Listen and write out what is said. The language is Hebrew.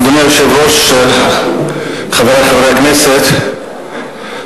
אדוני היושב-ראש, חברי חברי הכנסת,